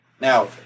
Now